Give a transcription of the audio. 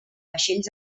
vaixells